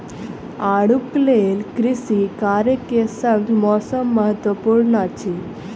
आड़ूक लेल कृषि कार्य के संग मौसम महत्वपूर्ण अछि